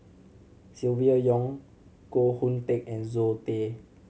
Silvia Yong Koh Hoon Teck and Zoe Tay